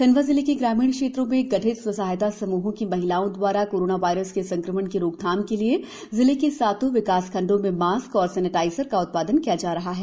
खण्डवा जिले के ग्रामीण क्षेत्रों में गठित स्वसहायता समूहों की महिलाओं द्वारा कोरोना वायरस के संक्रमण की रोकथाम के लिए जिले के सातों विकासखण्डों में मॉस्क व सेनेटाइजर का उत्पादन किया जा रहा है